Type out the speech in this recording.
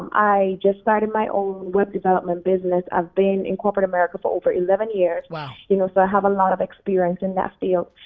i just started my own web development business. i've been in corporate america for over eleven years. you know so i have a lot of experience in that field.